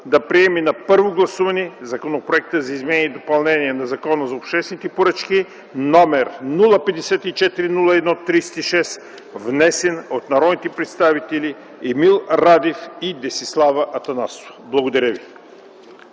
да приеме на първо гласуване Законопроекта за изменение и допълнение на Закона за обществените поръчки, № 054-01-36, внесен от народните представители Емил Радев и Десислава Атанасова.” Благодаря Ви.